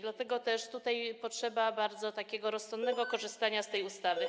Dlatego też tutaj potrzeba bardzo rozsądnego korzystania z tej ustawy.